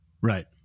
Right